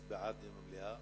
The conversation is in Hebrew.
אז בעד המליאה.